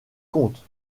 comptes